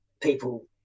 people